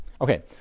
Okay